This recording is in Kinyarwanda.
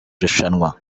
rushanwa